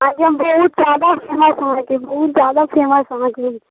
अहाँकेँ हम बहूत जादा समयसँ अहाँकेँ बहूत जादा समयसँ अहाँकेँ हम